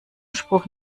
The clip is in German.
spruch